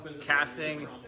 casting